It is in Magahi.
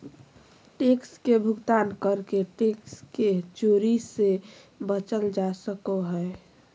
टैक्स के भुगतान करके टैक्स के चोरी से बचल जा सको हय